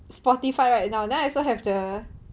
Spotify right now then I also have the